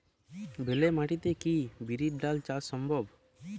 বেলে মাটিতে কি বিরির ডাল চাষ সম্ভব?